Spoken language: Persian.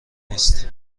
نیست